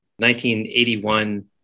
1981